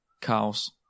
Cows